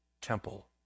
temple